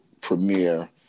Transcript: premiere